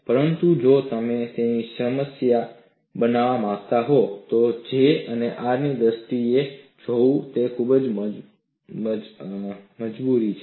પરંતુ જો તમે તેને સામાન્ય બનાવવા માંગતા હો તો G અને R ની દ્રષ્ટિએ જોવું તે મુજબની છે